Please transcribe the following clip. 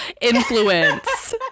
influence